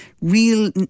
real